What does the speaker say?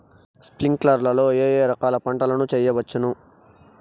స్ప్రింక్లర్లు లో ఏ ఏ రకాల పంటల ను చేయవచ్చును?